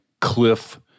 cliff